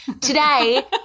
Today